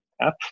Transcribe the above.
app